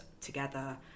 together